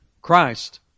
Christ